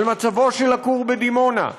על מצבו של הכור בדימונה.